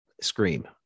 scream